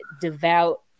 devout